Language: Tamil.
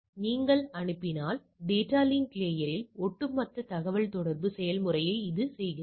நீங்கள் அனுப்பினால் டேட்டா லிங்க் லேயர் இல் ஒட்டுமொத்த தகவல்தொடர்பு செயல்முறையை இது செய்கிறது